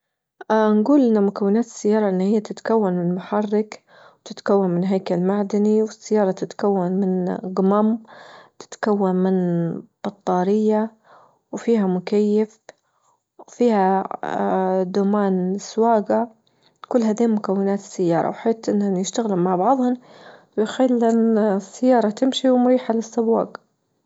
اه نجول أن مكونات السيارة أن هي تتكون من محرك وتتكون من هيكل معدني والسيارة تتكون من جمم تتكون من بطارية وفيها مكيف وفيها دومان سواجة، كل هذه مكونات السيارة وحيت أنهن يشتغلوا مع بعضهن ويخل السيارة تمشي ومريحة للسواج.